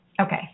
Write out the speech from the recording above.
okay